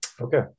Okay